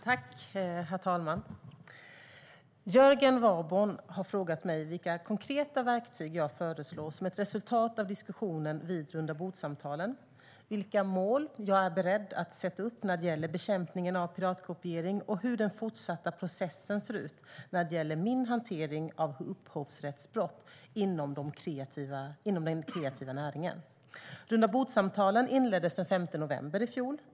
Herr talman! Jörgen Warborn har frågat mig vilka konkreta verktyg jag föreslår som ett resultat av diskussionen vid rundabordssamtalen, vilka mål jag är beredd att sätta upp när det gäller bekämpningen av piratkopiering och hur den fortsatta processen ser ut när det gäller min hantering av upphovsrättsbrott inom den kreativa näringen. Rundabordssamtalen inleddes den 5 november i fjol.